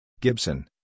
Gibson